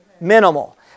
Minimal